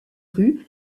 rues